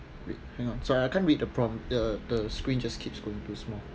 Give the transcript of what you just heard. wait hang on sorry I can't read the prompt the the screen just keeps going too small